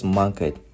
market